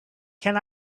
can